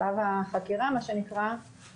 מה שנקרא שלב החקירה,